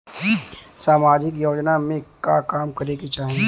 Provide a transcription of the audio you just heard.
सामाजिक योजना में का काम करे के चाही?